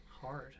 hard